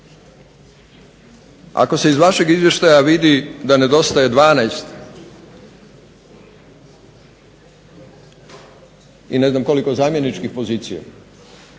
Ako se iz vašeg izvještaja vidi da nedostaje 12 i ne znam koliko zamjeničkih pozicija